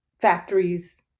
factories